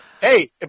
hey